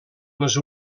les